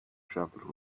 travelled